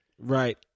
Right